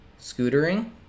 Scootering